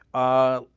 ah.